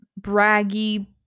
braggy